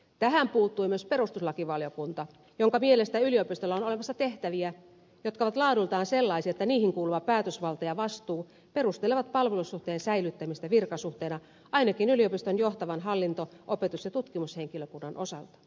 tähän puuttui myös perustuslakivaliokunta jonka mielestä yliopistolla on olemassa tehtäviä jotka ovat laadultaan sellaisia että niihin kuuluva päätösvalta ja vastuu perustelevat palvelussuhteen säilyttämistä virkasuhteena ainakin yliopiston johtavan hallinto opetus ja tutkimushenkilökunnan osalta